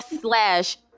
slash